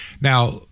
Now